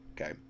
okay